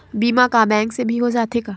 बीमा का बैंक से भी हो जाथे का?